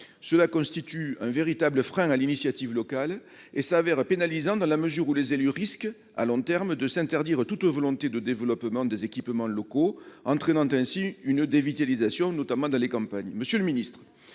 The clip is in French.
Cela constitue un véritable frein à l'initiative locale et s'avère pénalisant, dans la mesure où les élus risquent, à long terme, de s'interdire tout projet de développement des équipements locaux, ce qui entraînera une dévitalisation, notamment dans les campagnes.